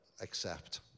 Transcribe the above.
accept